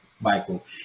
Michael